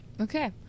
okay